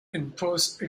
impose